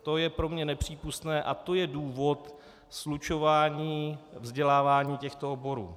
To je pro mě nepřípustné a to je důvod slučování vzdělávání těchto oborů.